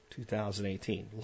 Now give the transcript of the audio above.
2018